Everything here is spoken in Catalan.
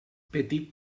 petit